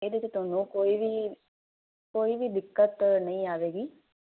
ਇਹਦੇ ਤੇ ਤੁਹਾਨੂੰ ਕੋਈ ਵੀ ਕੋਈ ਵੀ ਦਿੱਕਤ ਨਹੀਂ ਆਵੇਗੀ